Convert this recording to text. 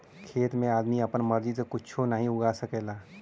खेती में आदमी आपन मर्जी से कुच्छो नाहीं उगा सकला